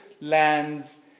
lands